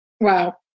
Wow